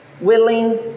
willing